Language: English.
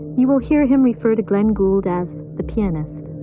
you will hear him refer to glenn gould as the pianist.